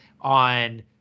on